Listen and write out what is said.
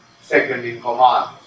second-in-command